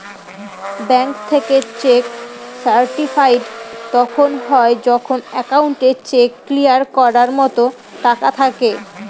bank থেকে cheque certified তখন হয় যখন একাউন্টে চেক ক্লিয়ার করার মতো টাকা থাকে